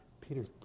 Peter